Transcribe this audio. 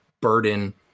burden